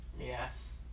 Yes